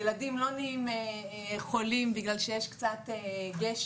ילדים לא חולים בגלל שיש קצת גשם.